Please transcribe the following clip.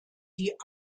die